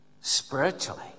Spiritually